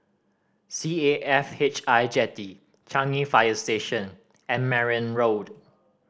C A F H I Jetty Changi Fire Station and Merryn Road